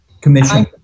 Commission